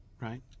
right